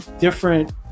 different